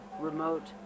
remote